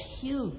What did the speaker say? huge